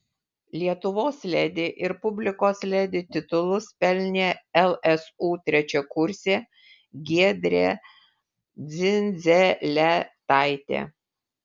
lietuvos ledi ir publikos ledi titulus pelnė lsu trečiakursė giedrė dzindzelėtaitė